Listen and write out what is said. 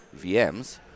VMs